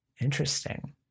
Interesting